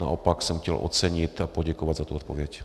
Naopak jsem chtěl ocenit a poděkovat za tu odpověď.